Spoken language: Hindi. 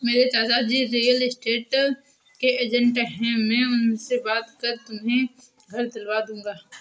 मेरे चाचाजी रियल स्टेट के एजेंट है मैं उनसे बात कर तुम्हें घर दिलवा दूंगा